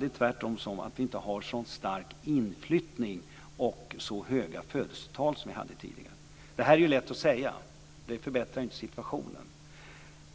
Det är tvärtom så att vi inte har en sådan starkt inflyttning och så höga födelsetal som vi hade tidigare. Detta är lätt att säga, men det förbättrar inte situationen.